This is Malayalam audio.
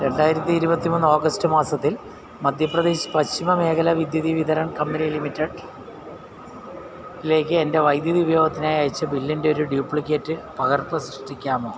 രണ്ടായിരത്തി ഇരുപത്തിമൂന്ന് ഓഗസ്റ്റ് മാസത്തിൽ മധ്യപ്രദേശ് പശ്ചിമ മേഖല വിദ്യുതി വിതരൺ കമ്പനി ലിമിറ്റഡിലേക്ക് എൻ്റെ വൈദ്യുതി ഉപയോഗത്തിനായി അയച്ച ബില്ലിൻ്റെയൊരു ഡ്യൂപ്ലിക്കേറ്റ് പകർപ്പ് സൃഷ്ടിക്കാമോ